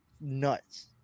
nuts